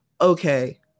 okay